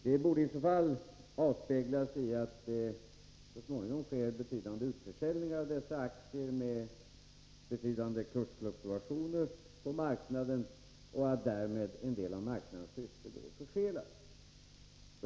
Det borde i så fall avspeglas i att det så småningom sker utförsäljningar av dessa aktier med betydande kursfluktuationer på marknaden. Därmed är marknadens syfte till en del förfelat.